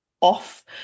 off